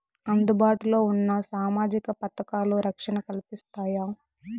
అందుబాటు లో ఉన్న సామాజిక పథకాలు, రక్షణ కల్పిస్తాయా?